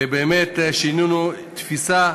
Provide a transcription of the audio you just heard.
ובאמת, שינינו תפיסה,